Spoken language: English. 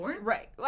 right